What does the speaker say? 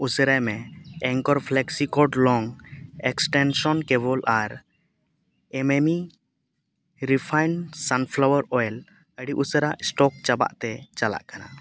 ᱩᱥᱟᱹᱨᱟᱭ ᱢᱮ ᱟᱨ ᱟᱹᱰᱤ ᱩᱥᱟᱹᱨᱟ ᱪᱟᱵᱟᱜ ᱛᱮ ᱪᱟᱞᱟᱜᱼᱟ